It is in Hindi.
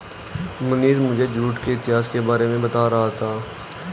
मनीष मुझे जूट के इतिहास के बारे में बता रहा था